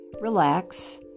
relax